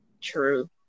True